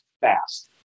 fast